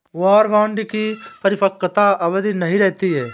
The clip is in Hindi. वॉर बांड की परिपक्वता अवधि नहीं रहती है